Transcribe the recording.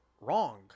wrong